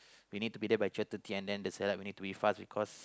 we need to be there by twelve thirty and then the set up we need to be fast because